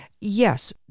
Yes